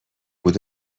بود